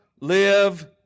live